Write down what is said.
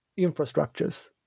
infrastructures